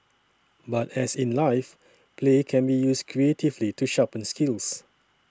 but as in life play can be used creatively to sharpen skills